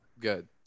Good